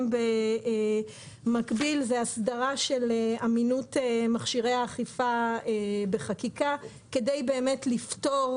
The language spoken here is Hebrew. במקביל זה הסדרה של אמינות מכשירי האכיפה בחקיקה כדי לפתור